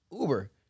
Uber